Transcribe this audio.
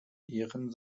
ehren